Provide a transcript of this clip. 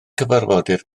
cyfarfodydd